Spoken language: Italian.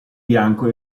bianco